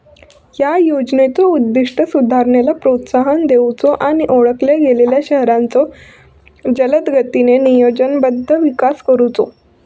या योजनेचो उद्दिष्ट सुधारणेला प्रोत्साहन देऊचो आणि ओळखल्या गेलेल्यो शहरांचो जलदगतीने नियोजनबद्ध विकास करुचो